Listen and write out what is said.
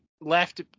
left